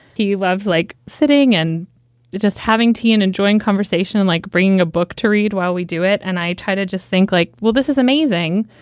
he loves like sitting and just having tea and enjoying conversation and like bringing a book to read while we do it. and i try to just think like, well, this is amazing.